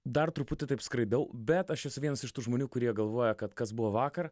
dar truputį taip skraidau bet aš esu vienas iš tų žmonių kurie galvoja kad kas buvo vakar